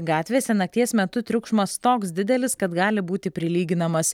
gatvėse nakties metu triukšmas toks didelis kad gali būti prilyginamas